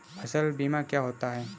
फसल बीमा क्या होता है?